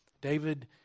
David